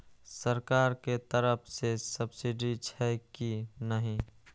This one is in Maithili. सरकार के तरफ से सब्सीडी छै कि नहिं?